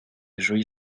jolies